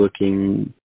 looking